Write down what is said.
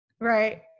right